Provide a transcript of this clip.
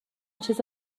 چیز